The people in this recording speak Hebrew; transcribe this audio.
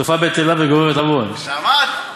סופה בטלה וגוררת עוון." שמעת?